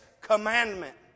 commandment